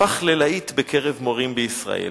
הפך ללהיט בקרב מורים בישראל.